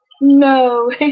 No